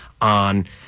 on